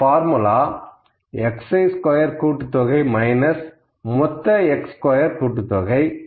இந்த formula x square கூட்டுத்தொகை minus மொத்த x ஸ்கொயர் கூட்டுத்தொகை